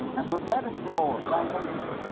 and forgettest the lord thy maker,